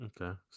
Okay